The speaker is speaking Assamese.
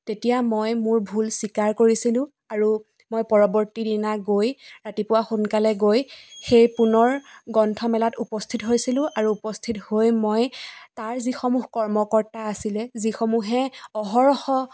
তেতিয়া মই মোৰ ভুল স্বীকাৰ কৰিছিলোঁ আৰু মই পৰৱৰ্তীদিনা গৈ ৰাতিপুৱা সোনকালে গৈ সেই পুনৰ গ্ৰন্থমেলাত উপস্থিত হৈছিলোঁ আৰু উপস্থিত হৈ মই তাৰ যিসমূহ কৰ্মকৰ্তা আছিলে যিসমূহে অহৰহ